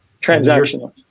transactional